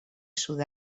sud